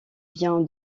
bien